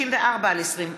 94/20,